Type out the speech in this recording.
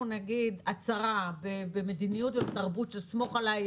נגיד הצהרה ומדיניות ותרבות של סמוך עליי,